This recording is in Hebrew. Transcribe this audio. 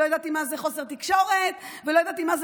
לא ידעתי מה זה חוסר תקשורת ולא ידעתי מה זה